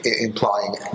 implying